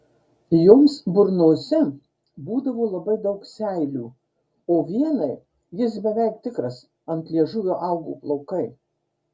joms burnose būdavo labai daug seilių o vienai jis beveik tikras ant liežuvio augo plaukai